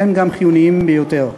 מהם גם חיוניים ביותר.